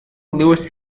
lois